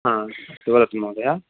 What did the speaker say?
हा वदतु महोदये